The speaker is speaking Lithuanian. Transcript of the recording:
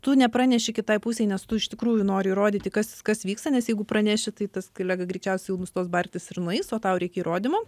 tu nepraneši kitai pusei nes tu iš tikrųjų nori įrodyti kas kas vyksta nes jeigu praneši tai tas kolega greičiausiai jau nustos bartis ir nueis o tau reikia įrodymų